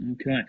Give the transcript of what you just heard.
Okay